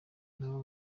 nabo